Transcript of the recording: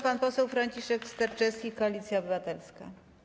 Pan poseł Franciszek Sterczewski, Koalicja Obywatelska.